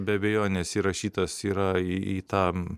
be abejonės įrašytas yra į į tą